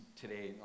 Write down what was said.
today